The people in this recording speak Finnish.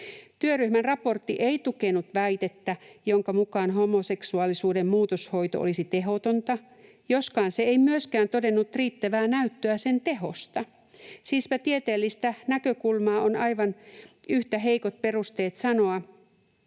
Työryhmän raportti ei tukenut väitettä, jonka mukaan homoseksuaalisuuden muutoshoito olisi tehotonta, joskaan se ei myöskään todennut riittävää näyttöä sen tehosta. Siispä tieteellisestä näkökulmasta on aivan yhtä heikot perusteet sanoa,